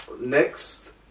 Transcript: Next